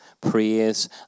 praise